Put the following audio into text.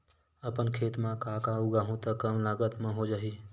अपन खेत म का का उगांहु त कम लागत म हो जाही?